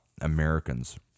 Americans